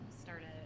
started